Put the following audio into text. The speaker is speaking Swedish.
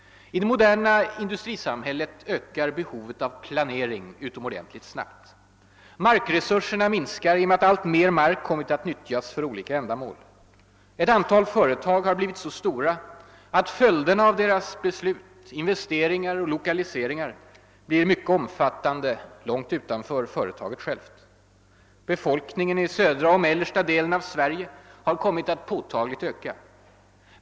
I det moderna industrisamhället ökar behovet av planering utomordentligt snabbt. Markresurserna minskar genom att allt mera mark kommit att nyttjas för olika ändamål. Ett antal företag har blivit så stora, att följderna av deras beslut — investeringar och lokaliseringar — blivit mycket omfattande och sträcker sig långt utanför företaget självt. Befolkningen i södra och mellersta delen av Sverige har påtagligt ökat.